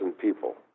people